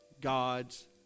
God's